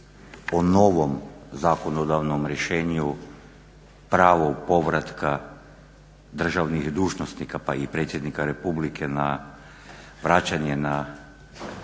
o novom zakonodavnom rješenju pravu povratka državnih dužnosnika pa i predsjednika Republike na vraćanje na